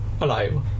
Alive